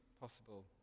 possible